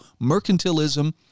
mercantilism